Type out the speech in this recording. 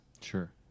Sure